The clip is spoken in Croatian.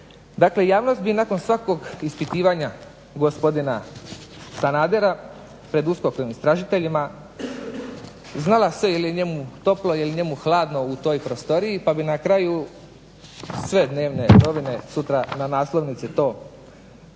Dakle, javnost bi nakon svakog ispitivanja gospodina Sanadera pred uskokovim istražiteljima znala sve jel njemu toplo, jel njemu hladno u toj prostoriji pa bi na kraju sve dnevne novine sutra na naslovnici to prenosile,